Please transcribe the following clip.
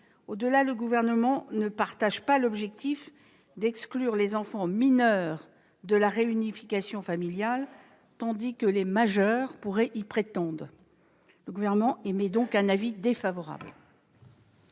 Au-delà, le Gouvernement ne souscrit pas à l'objectif d'exclure les enfants mineurs de la réunification familiale, tandis que les majeurs pourraient y prétendre. Par conséquent, il émet un avis défavorable